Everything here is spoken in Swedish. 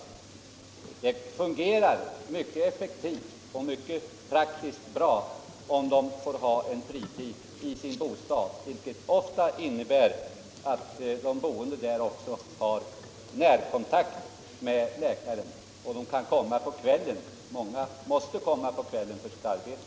Systemet fungerar mycket effektivt och bra rent praktiskt, om de får ha praktiken på fritid i sin bostad, vilket ofta innebär att de som bor runt omkring också har närkontakter med läkarna och kan komma dit på kvällen — många patienter måste f. ö. komma på kvällen på grund av sitt arbete.